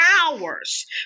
hours